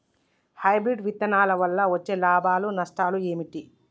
Hybrid విత్తనాల వల్ల వచ్చే లాభాలు నష్టాలు ఏమిటి?